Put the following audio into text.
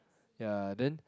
ya then